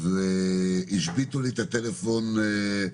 והשביתו לי את הטלפון.